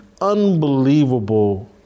unbelievable